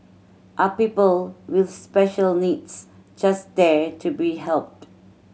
are people with special needs just there to be helped